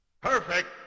Perfect